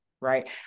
right